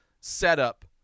setup